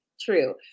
true